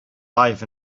life